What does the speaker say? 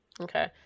Okay